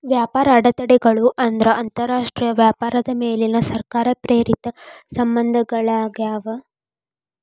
ವ್ಯಾಪಾರ ಅಡೆತಡೆಗಳು ಅಂದ್ರ ಅಂತರಾಷ್ಟ್ರೇಯ ವ್ಯಾಪಾರದ ಮೇಲಿನ ಸರ್ಕಾರ ಪ್ರೇರಿತ ನಿರ್ಬಂಧಗಳಾಗ್ಯಾವ